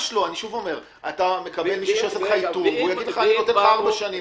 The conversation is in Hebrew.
עבד אל חכים חאג' יחיא (הרשימה המשותפת):